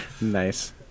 Nice